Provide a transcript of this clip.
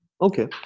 Okay